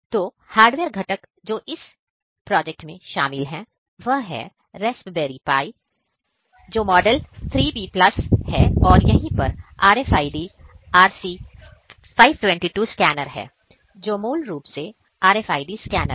तो हार्डवेयर घटक जो शामिल हैं वह रास्पबेरी पाई है जो मॉडल 3B प्लस है और यहीं पर RFID RC522 स्कैनर है जो मूल रूप से RFID स्कैनर है